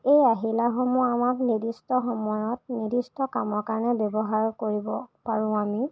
এই আহিলা সমূহ আমাক নিৰ্দিষ্ট সময়ত নিৰ্দিষ্ট কামৰ কাৰণে ব্যৱহাৰ কৰিব পাৰোঁ আমি